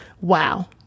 wow